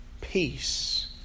Peace